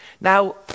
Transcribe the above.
Now